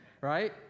right